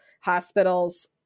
hospital's